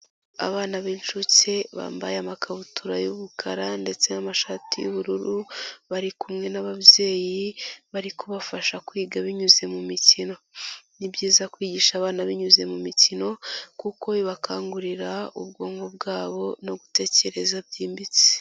Abana b'inshuke bambaye amakabutura y'umukara ndetse n'amashati y'ubururu, bari kumwe n'ababyeyi, bari kubafasha kwiga binyuze mu mikino. Ni byiza kwigisha abana binyuze mu mikino kuko bibakangurira ubwonko bwabo no gutekereza byimbitse.